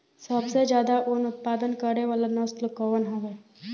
सबसे ज्यादा उन उत्पादन करे वाला नस्ल कवन ह?